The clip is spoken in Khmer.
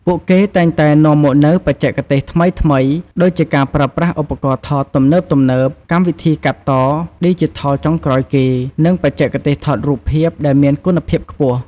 ពួកគេតែងតែនាំមកនូវ បច្ចេកទេសថ្មីៗ ដូចជាការប្រើប្រាស់ឧបករណ៍ថតទំនើបៗ កម្មវិធីកាត់តឌីជីថលចុងក្រោយគេ និងបច្ចេកទេសថតរូបភាពដែលមានគុណភាពខ្ពស់។